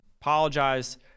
apologize